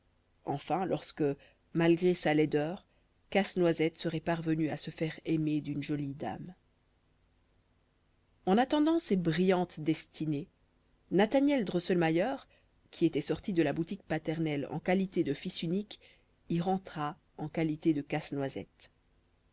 enfin lorsque malgré sa laideur casse-noisette serait parvenu à se faire aimer d'une jolie dame en attendant ces brillantes destinées nathaniel drosselmayer qui était sorti de la boutique paternelle en qualité de fils unique y rentra en qualité de casse-noisette